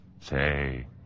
Say